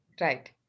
right